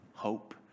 Hope